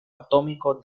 atómico